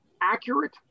accurate